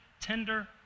tender